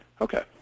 Okay